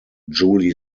july